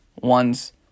one's